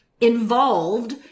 involved